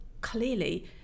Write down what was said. clearly